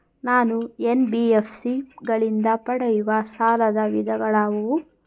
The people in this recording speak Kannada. ನಾನು ಎನ್.ಬಿ.ಎಫ್.ಸಿ ಗಳಿಂದ ಪಡೆಯುವ ಸಾಲದ ವಿಧಗಳಾವುವು?